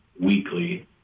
weekly